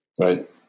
Right